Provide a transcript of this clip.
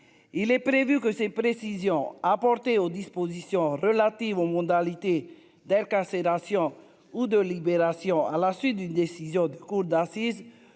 il est prévu que ces précisions apportées aux dispositions relatives aux modalités d'quand sédation ou de Libération à la suite d'une décision de cour d'assises